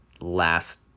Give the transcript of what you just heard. last